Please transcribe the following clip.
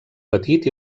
petit